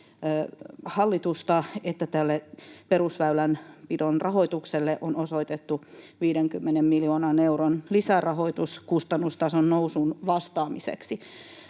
tälle perusväylänpidon rahoitukselle on osoitettu 50 miljoonan euron lisärahoitus kustannustason nousuun vastaamiseksi.